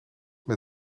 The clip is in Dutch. met